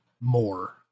more